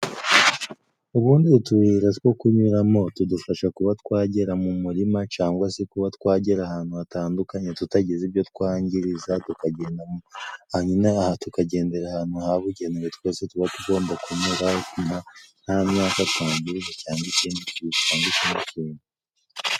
Ubundi utuyira two kunyuramo tudufasha kuba twagera mu murima cyangwa se kuba twagera ahantu hatandukanye tutagize ibyo twangiriza tukagenda hanyuma aha tukagendera ahantu hababugenewe twese tuba tugomba kunyura nta myaka twangije cyangwa ikindi kintu cyangwa ikindi kintu.